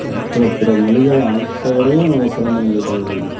மற்ற பிற மொழிகள் அனைத்து விடையும் மிக சிறந்தமொழி தமிழ்மொழி